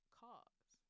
cause